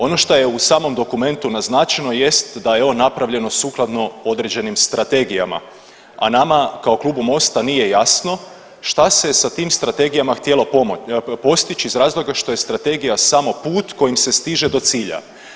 Ono šta je u samom dokumentu naznačeno jest da je on napravljen sukladno određenim strategijama, a nama kao Klubu MOST-a nije jesno šta se sa tim strategijama htjelo postići iz razloga što je strategija samo put kojim se stiže do cilja.